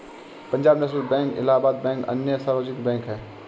Punjab national bank Allahabad bank अन्य सार्वजनिक bank है